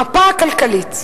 במפה הכלכלית,